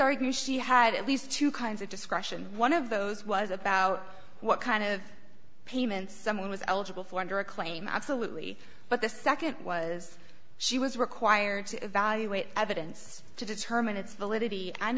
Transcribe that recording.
argues she had at least two kinds of discretion one of those was about what kind of payments someone was eligible for under a claim absolutely but the nd was she was required to evaluate evidence to determine its